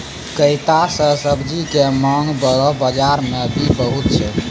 कैता के सब्जी के मांग बड़ो बाजार मॅ भी बहुत छै